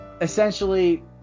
essentially